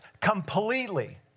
completely